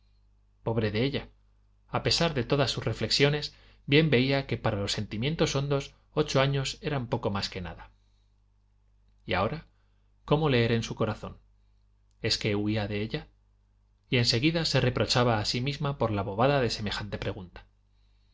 pobre de ella a pesar de todas sus reflexiones bien veía que para los sentimientos hondos ocho años eran poco más que nada i y ahora cómo leer en su corazón es que huía de ella y en seguida se reprochaba a sí misma por la bobada de semejante pregunta